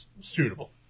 Suitable